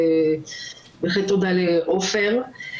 ותודה לעופר.